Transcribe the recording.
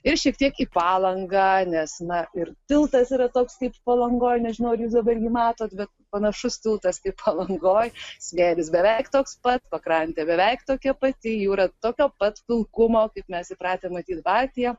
ir šiek tiek į palangą nes na ir tiltas yra toks kaip palangoj nežinau ar jūs dabar jį matot bet panašus tiltas kaip palangoj smėlis beveik toks pat pakrantė beveik tokia pati jūra tokio pat pilkumo kaip mes įpratę matyti baltiją